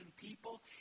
people